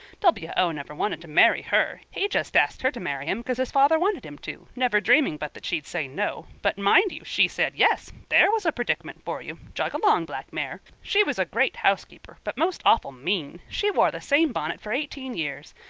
w o. never wanted to marry her. he just asked her to marry him cause his father wanted him to, never dreaming but that she'd say no. but mind you, she said yes. there was a predicament for you. jog along, black mare. she was a great housekeeper, but most awful mean. she wore the same bonnet for eighteen years.